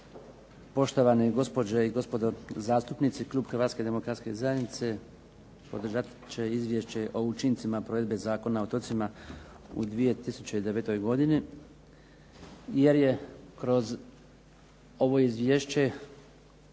poštovane gospođe i gospodo zastupnici. Klub Hrvatske demokratske zajednice podržat će izvješće o učincima provedbe Zakona o otocima u 2009. godini, jer je kroz ovo izvješće